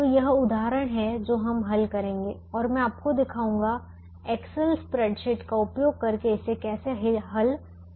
तो यह उदाहरण है जो हम हल करेंगे और मैं आपको दिखाऊंगा एक्सेल स्प्रेडशीट का उपयोग करके इसे कैसे हल किया जाता है